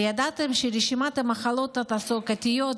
הידעתם שרשימת המחלות התעסוקתיות